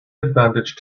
advantage